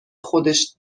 خودش